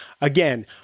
Again